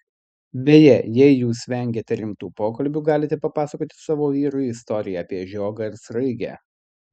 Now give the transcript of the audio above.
beje jei jūs vengiate rimtų pokalbių galite papasakoti savo vyrui istoriją apie žiogą ir sraigę